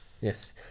Yes